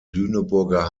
lüneburger